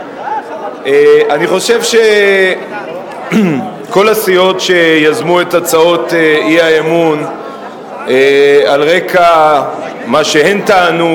אני חושב שכל הסיעות שיזמו את הצעות האי-אמון על רקע מה שהן טענו,